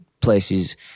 places